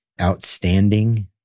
outstanding